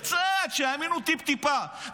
קצת, שיאמינו טיפ-טיפה.